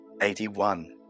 Eighty-one